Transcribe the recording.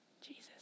Jesus